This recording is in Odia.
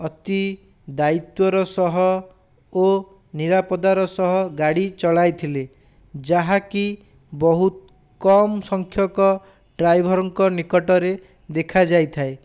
ଅତି ଦାୟିତ୍ଵର ସହ ଓ ନିରାପଦାର ସହ ଗାଡ଼ି ଚଳାଇ ଥିଲେ ଯାହାକି ବହୁତ କମ ସଂଖ୍ୟକ ଡ୍ରାଇଭରଙ୍କ ନିକଟରେ ଦେଖାଯାଇଥାଏ